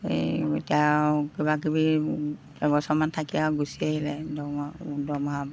এই এতিয়া কিবা কিবি এবছৰমান থাকি আৰু গুচি আহিলে দম দৰমহা